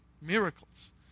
Miracles